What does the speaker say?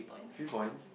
three points